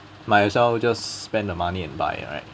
might yourself just spend the money and buy right